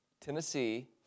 Tennessee